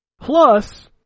plus